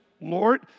Lord